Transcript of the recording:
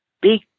big